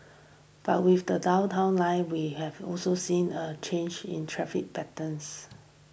but with the Downtown Line we have also seen a change in traffic patterns